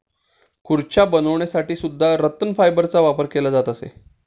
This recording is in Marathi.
खुर्च्या बनवण्यासाठी सुद्धा रतन फायबरचा वापर केला जात असे